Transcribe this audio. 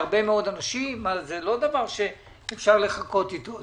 להרבה מאוד אנשים, זה לא דבר שאפשר לחכות איתו.